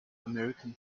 american